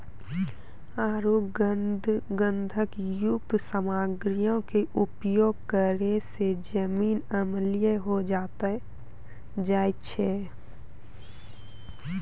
आरु गंधकयुक्त सामग्रीयो के उपयोग करै से जमीन अम्लीय होय जाय छै